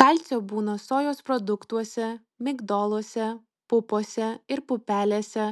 kalcio būna sojos produktuose migdoluose pupose ir pupelėse